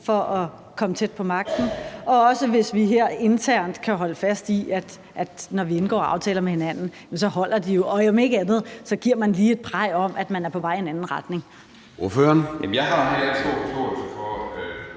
for at komme tæt på magten, og også hvis vi her internt kan holde fast i, at når vi indgår aftaler med hinanden, holder de jo, og om ikke andet giver man lige et praj om, at man er på vej i en anden retning.